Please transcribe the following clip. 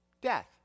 death